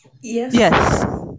Yes